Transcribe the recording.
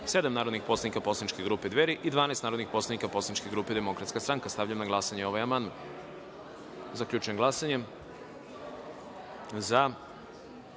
narodnih poslanik poslaničke grupe Dveri i 12 narodnih poslanika poslaničke grupe Demokratska stranka. Stavljam na glasanje ovaj amandman. Zaključujem glasanje i